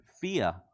fear